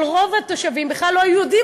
אבל רוב התושבים כמובן בכלל לא היו יודעים